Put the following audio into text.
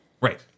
right